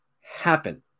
happen